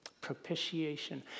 Propitiation